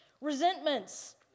Resentments